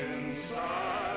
in a